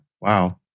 Wow